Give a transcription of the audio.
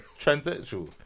transsexual